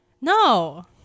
No